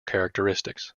characteristics